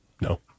No